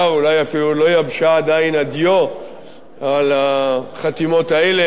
אולי אפילו לא יבשה עדיין הדיו על החתימות האלה,